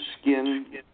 skin